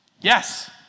Yes